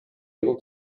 able